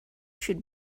should